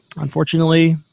unfortunately